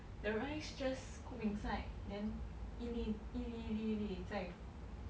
the rice just scoop inside then 一粒一粒一粒一粒在